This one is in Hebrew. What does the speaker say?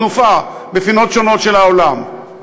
תנופה בפינות שונות של העולם,